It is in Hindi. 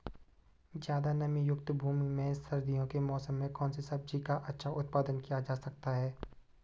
ज़्यादा नमीयुक्त भूमि में सर्दियों के मौसम में कौन सी सब्जी का अच्छा उत्पादन किया जा सकता है?